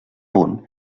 punt